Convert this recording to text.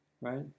right